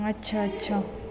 अच्छा अच्छा